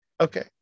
Okay